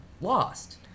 lost